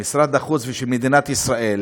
משרד החוץ ושל מדינת ישראל